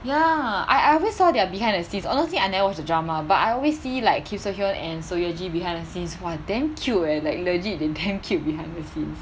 ya I I always saw their behind the scenes honestly I never watch the drama but I always see like kim soo hyun and seo ye ji behind the scenes !wah! damn cute leh like legit they damn cute behind the scenes